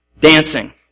Dancing